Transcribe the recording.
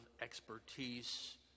expertise